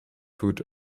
foot